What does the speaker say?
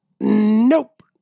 Nope